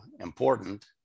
important